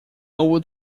would